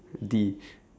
D